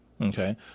okay